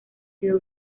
sido